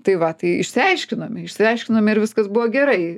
tai va tai išsiaiškinome išsiaiškinome ir viskas buvo gerai